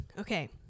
Okay